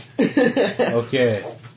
Okay